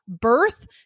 birth